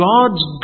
God's